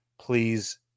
please